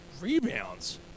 rebounds